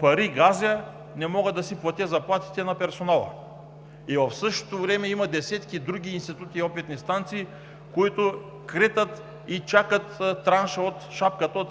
„Пари газя, не мога да платя заплатите на персонала!“. В същото време има десетки други институти и опитни станции, които кретат и чакат транша от „шапката“ –